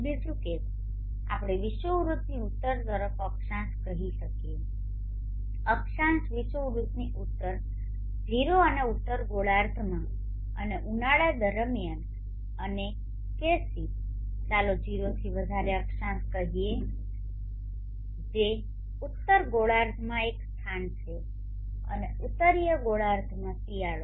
બીજું કેસ આપણે વિષુવવૃત્તની ઉત્તર તરફ અક્ષાંશ કહી શકીએ અક્ષાંશ વિષુવવૃત્તની ઉત્તર 0 અને ઉત્તર ગોળાર્ધમાં અને ઉનાળા દરમિયાન અને કેસ સી ચાલો 0 થી વધારે અક્ષાંશ કહીએ જે ઉત્તર ગોળાર્ધમાં એક સ્થાન છે અને ઉત્તરીય ગોળાર્ધમાં શિયાળો